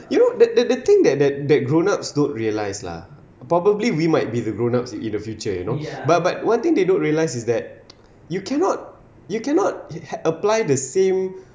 you know the the thing that that grown ups don't realise probably we might be the grown ups in the future you know but but one thing they don't realise is that you cannot you cannot apply the same